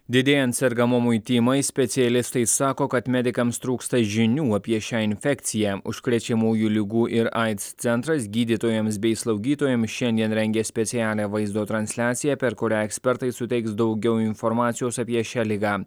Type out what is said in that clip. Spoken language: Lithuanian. didėjant sergamumui tymais specialistai sako kad medikams trūksta žinių apie šią infekciją užkrečiamųjų ligų ir aids centras gydytojams bei slaugytojams šiandien rengia specialią vaizdo transliaciją per kurią ekspertai suteiks daugiau informacijos apie šią ligą